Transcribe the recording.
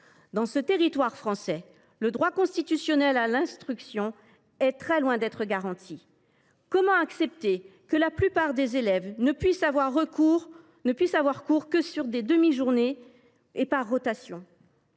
Dans ce territoire français, le droit constitutionnel à l’instruction est très loin d’être garanti. Comment accepter que la plupart des élèves ne puissent avoir cours que sur des demi journées, par rotation ?